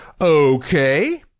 Okay